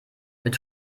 mit